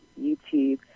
YouTube